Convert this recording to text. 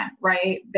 right